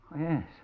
Yes